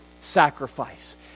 sacrifice